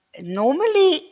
Normally